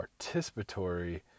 participatory